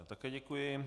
Také děkuji.